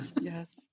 Yes